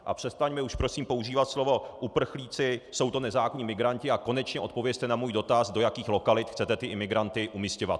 A přestaňme už prosím používat slovo uprchlíci, jsou to nezákonní migranti, a konečně odpovězte na můj dotaz, do jakých lokalit chcete ty imigranty umisťovat.